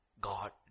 God